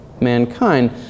mankind